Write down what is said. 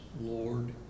Lord